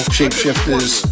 Shapeshifters